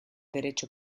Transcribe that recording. derecho